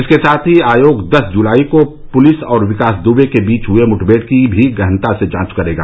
इसके साथ ही आयोग दस जुलाई को पुलिस और विकास दबे के बीच हुई मुठभेड़ की भी गहनता से जांच करेगा